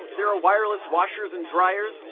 there are wireless washers and dryers,